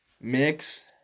Mix